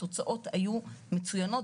התוצאות היו מצוינות.